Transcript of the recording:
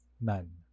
none